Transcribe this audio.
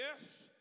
yes